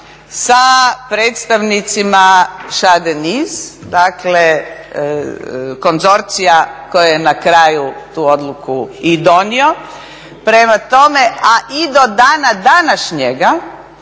se ne razumije./… dakle konzorcija koje je na kraju tu odluku i donio. Prema tome, a i do dana današnjega